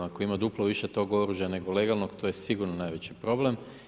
Ako ima duplo više tog oružja nego legalnog to je sigurno najveći problem.